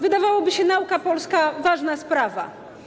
Wydawałoby się, że nauka polska to ważna sprawa.